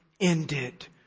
ended